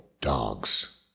dogs